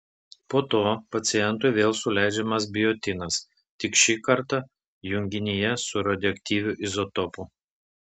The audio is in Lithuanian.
po to pacientui vėl suleidžiamas biotinas tik šį kartą junginyje su radioaktyviu izotopu